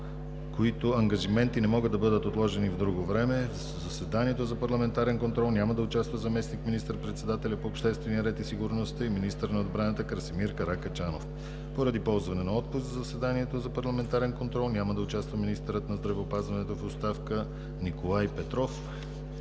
които ангажименти не могат да бъдат отложени в друго време, в заседанието за парламентарен контрол няма да участва заместник министър-председателят по обществения ред и сигурността и министър на отбраната Красимир Каракачанов. Поради ползване на отпуск в заседанието за парламентарен контрол няма да участва министърът на здравеопазването в оставка Николай Петров.